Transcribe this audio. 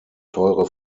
teure